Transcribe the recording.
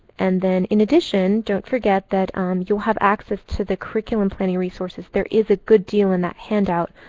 and then in addition, don't forget, that um you'll have access to the curriculum planning resources. there is a good deal in that handout,